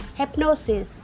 hypnosis